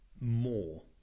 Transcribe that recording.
more